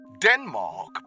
Denmark